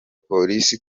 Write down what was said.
polisi